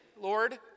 Lord